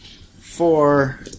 Four